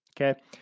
Okay